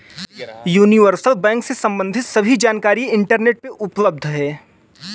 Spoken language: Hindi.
यूनिवर्सल बैंक से सम्बंधित सभी जानकारी इंटरनेट पर उपलब्ध है